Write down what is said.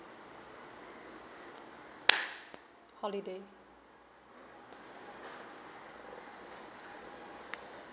holiday